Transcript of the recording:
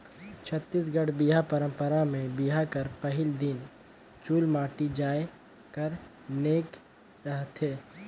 छत्तीसगढ़ी बिहा पंरपरा मे बिहा कर पहिल दिन चुलमाटी जाए कर नेग रहथे